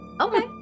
okay